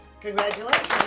congratulations